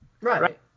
Right